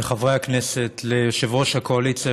לחברי הכנסת, ליושב-ראש הקואליציה,